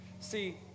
See